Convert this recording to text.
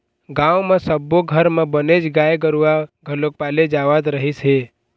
गाँव म सब्बो घर म बनेच गाय गरूवा घलोक पाले जावत रहिस हे